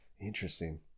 Interesting